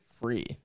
free